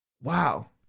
wow